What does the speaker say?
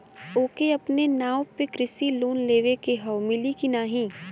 ओके अपने नाव पे कृषि लोन लेवे के हव मिली की ना ही?